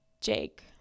Jake